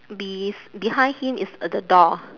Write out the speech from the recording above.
bes~ behind him is a the door